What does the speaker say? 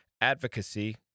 advocacy